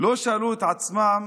לא שאלו את עצמם